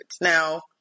Now